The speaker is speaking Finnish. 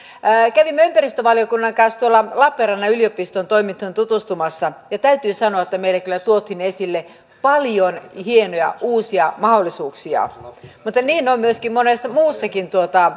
kävimme ympäristövaliokunnan kanssa tuolla lappeenrannan yliopiston toimintaan tutustumassa ja täytyy sanoa että meille kyllä tuotiin esille paljon hienoja uusia mahdollisuuksia mutta niin on myöskin monessa muussakin